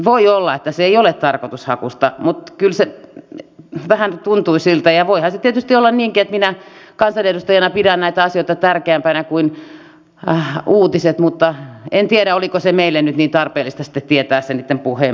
voi olla että se ei ole tarkoitushakuista mutta kyllä se vähän tuntui siltä ja voihan se tietysti olla niinkin että minä kansanedustajana pidän näitä asioita tärkeämpänä kuin uutiset mutta en tiedä oliko se meille nyt niin tarpeellista sitten tietää se niitten puheenvuorojen määrä